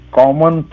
common